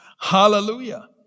Hallelujah